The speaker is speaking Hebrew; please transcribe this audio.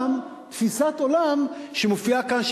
מטעם תפיסת עולם שמופיעה כאן,